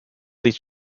these